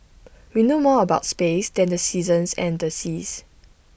we know more about space than the seasons and the seas